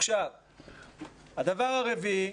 הדבר הנוסף.